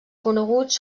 coneguts